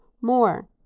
more